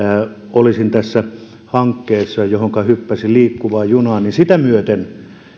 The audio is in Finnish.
kun hyppäsin tähän hankkeeseen kuin liikkuvaan junaan sitä myöten olemme